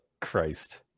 Christ